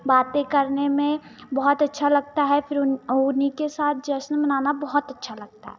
बातें करने में बहुत अच्छा लगता है फिर उन उन्हीं के साथ जश्न मनाना बहुत अच्छा लगता है